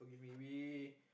we we